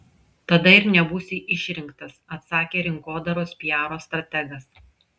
tada ir nebūsi išrinktas atsakė rinkodaros piaro strategas